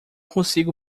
consigo